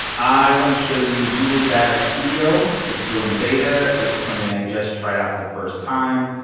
i want to show you google data studio. it's still in beta. this is something i just tried out for the first time.